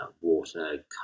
water